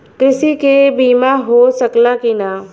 कृषि के बिमा हो सकला की ना?